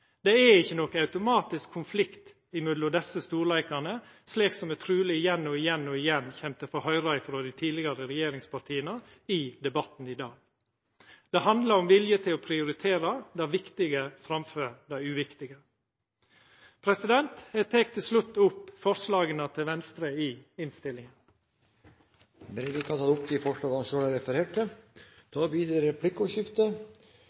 Det er ikkje nokon automatisk konflikt mellom desse storleikane, som eg truleg igjen og igjen og igjen kjem til å få høyra frå dei tidlegare regjeringspartia i debatten i dag. Det handlar om vilje til å prioritera det viktige framfor det uviktige. Eg tek til slutt opp Venstre sine forslag i innstillinga. Representanten Terje Breivik har tatt opp de forslagene han refererte til.